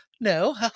no